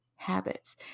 habits